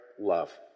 love